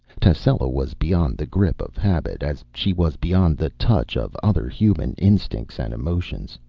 tascela was beyond the grip of habit, as she was beyond the touch of other human instincts and emotions.